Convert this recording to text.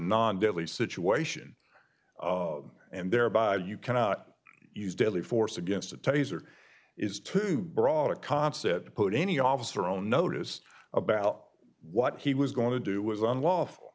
non deadly situation and thereby you cannot use deadly force against a taser is too broad a concept to put any officer own notice about what he was going to do was unlawful